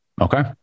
Okay